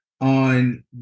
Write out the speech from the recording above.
on